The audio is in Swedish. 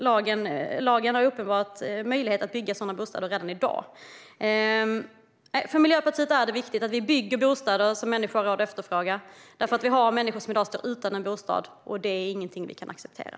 Lagen ger uppenbart möjlighet att bygga sådana bostäder redan i dag. För Miljöpartiet är det viktigt att vi bygger bostäder som människor har råd att efterfråga. Vi har människor som i dag står utan bostad, och det är ingenting vi kan acceptera.